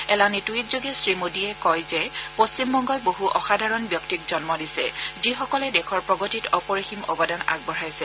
এলানি টুইটযোগে শ্ৰীমোদীয়ে কয় যে পশ্চিমবংগই বহু অসাধাৰণ ব্যক্তিক জন্ম দিছে যিসকলে দেশৰ প্ৰগতিত অপৰিসীম অৱদান আগবঢ়াইছে